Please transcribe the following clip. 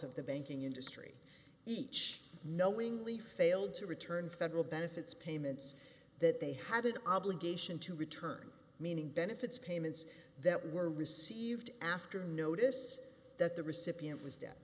of the banking industry each knowingly failed to return federal benefits payments that they had an obligation to return meaning benefits payments that were received after notice that the recipient was dead